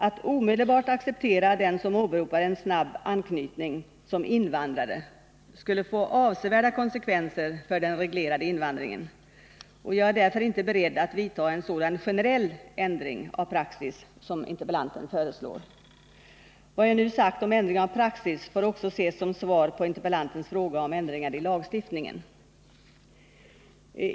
Att omedelbart acceptera den som åberopar en snabb anknytning som invandrare skulle få avsevärda konsekvenser för den reglerade invandringen, och jag är därför inte beredd att vidta en sådan generell ändring av praxis som interpellanten föreslår. Vad jag nu sagt om ändring av praxis får också ses som svar på interpellantens fråga om ändringar i lagstiftningen.